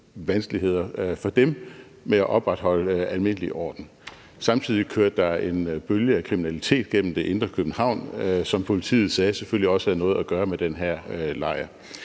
vanskeligheder for dem med et opretholde almindelig orden. Samtidig kørte der en bølge af kriminalitet gennem det indre København, som politiet sagde selvfølgelig også havde noget at gøre med den her lejr.